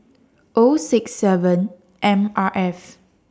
O six seven M R F